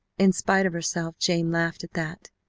in spite of herself jane laughed at that,